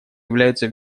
являются